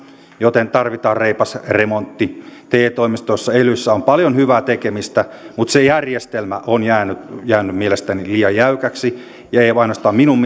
joten tarvitaan reipas remontti te toimistoissa elyissä on paljon hyvää tekemistä mutta se järjestelmä on jäänyt jäänyt mielestäni liian jäykäksi eikä ainoastaan minun